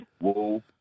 whoa